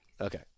Okay